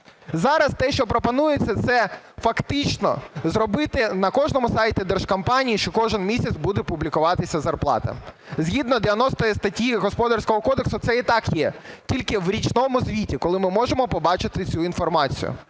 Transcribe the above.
Зараз те, що пропонується, - це фактично зробити на кожному сайті держкомпанії, що кожен місяць буде публікуватися зарплата. Згідно 90 статті Господарського кодексу це і так є, тільки в річному звіті, коли ми можемо побачити цю інформацію.